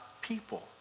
people